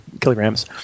kilograms